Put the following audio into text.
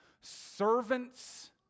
servants